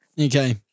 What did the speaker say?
Okay